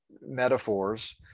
metaphors